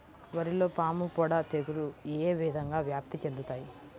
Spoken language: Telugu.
వరిలో పాముపొడ తెగులు ఏ విధంగా వ్యాప్తి చెందుతాయి?